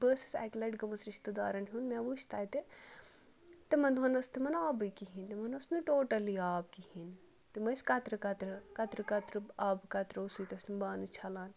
بہٕ ٲسٕس اَکہِ لَٹہِ گٔمٕژ رِشتہٕ دارَن ہُنٛد مےٚ وٕچھ تَتہِ تِمَن دۄہَن ٲس تِمَن آبٕے کِہیٖنۍ تِمَن اوس نہٕ ٹوٹَلی آب کِہیٖنۍ تِم ٲسۍ کَترٕ کَترٕ کَترٕ کَترٕ آبہٕ کَترو سۭتۍ ٲسۍ تِم بانہٕ چھَلان